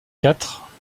quatre